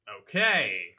okay